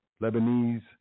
Lebanese